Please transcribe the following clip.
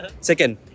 Second